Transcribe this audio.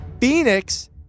Phoenix